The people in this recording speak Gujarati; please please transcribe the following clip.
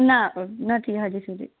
ના નથી હજુ સુધી